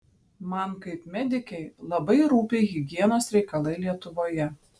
man kaip medikei labai rūpi higienos reikalai lietuvoje